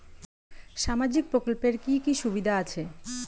সামাজিক প্রকল্পের কি কি সুবিধা আছে?